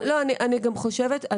אני גם חושבת,